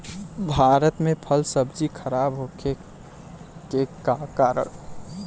भारत में फल सब्जी खराब होखे के का कारण बा?